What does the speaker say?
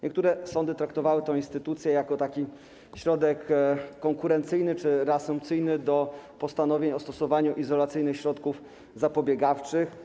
Niektóre sądy traktowały tę instytucję jako środek konkurencyjny czy reasumpcyjny w stosunku do postanowień o stosowaniu izolacyjnych środków zapobiegawczych.